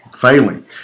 failing